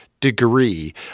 degree